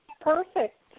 Perfect